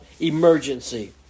emergency